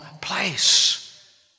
place